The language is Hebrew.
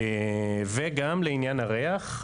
וגם לעניין הריח,